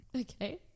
Okay